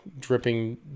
dripping